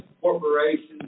corporations